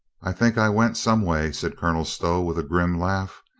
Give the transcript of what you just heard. i think i went some way, said colonel stow with a grim laugh.